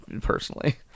Personally